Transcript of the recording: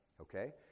Okay